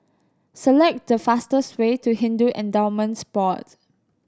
select the fastest way to Hindu Endowments Board